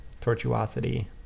Tortuosity